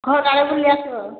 ଘର ଆଡ଼େ ବୁଲି ଆସିବ